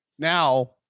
Now